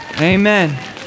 Amen